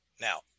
now